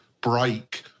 break